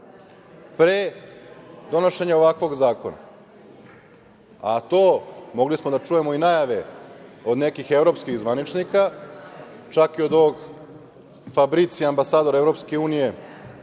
pre donošenja ovakvog zakona. Mogli smo da čujemo i najave od nekih evropskih zvaničnika, čak i od ovog Fabricija, ambasadora EU u